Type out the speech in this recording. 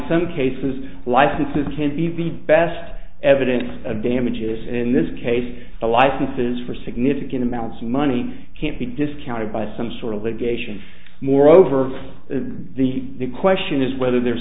some cases licenses can be the best evidence of damages in this case the licenses for significant amounts of money can't be discounted by some sort of litigation moreover the question is whether the